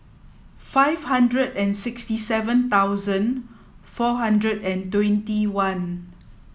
five hundred and sixty seven thousand four hundred and twenty one